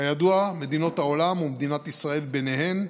כידוע, מדינות העולם, ומדינת ישראל בהן,